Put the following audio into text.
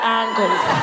angles